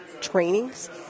trainings